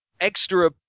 extra